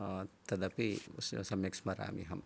तदपि सम्यक् स्मराम्यहम्